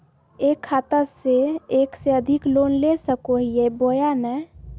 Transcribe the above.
एक खाता से एक से अधिक लोन ले सको हियय बोया नय?